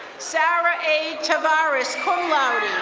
sarah a. chavarez, cum laude.